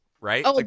right